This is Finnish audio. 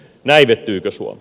näivettyykö suomi